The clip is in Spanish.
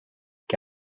que